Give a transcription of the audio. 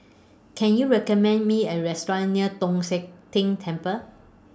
Can YOU recommend Me A Restaurant near Tong Sian Tng Temple